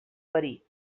verí